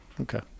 okay